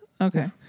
Okay